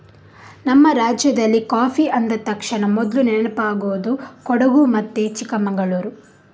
ನಮ್ಮ ರಾಜ್ಯದಲ್ಲಿ ಕಾಫಿ ಅಂದ ತಕ್ಷಣ ಮೊದ್ಲು ನೆನಪಾಗುದು ಕೊಡಗು ಮತ್ತೆ ಚಿಕ್ಕಮಂಗಳೂರು